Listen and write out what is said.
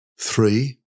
Three